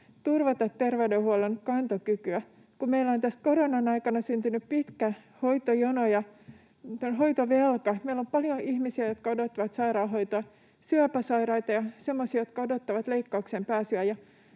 turvata terveydenhuollon kantokykyä. Meillä on tässä koronan aikana syntynyt pitkä hoitojono ja hoitovelka, meillä on paljon ihmisiä, jotka odottavat sairaanhoitoa, syöpäsairaita ja semmoisia, jotka odottavat leikkaukseen pääsyä.